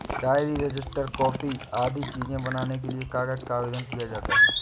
diary, register, copy आदि चीजें बनाने के लिए कागज का आवेदन किया जाता है